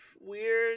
weird